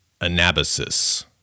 Anabasis